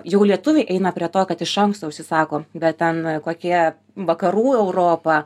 jau lietuviai eina prie to kad iš anksto užsisako bet ten kokie vakarų europa